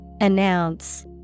Announce